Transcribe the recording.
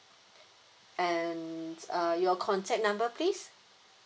and uh your contact number please